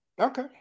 okay